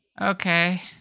Okay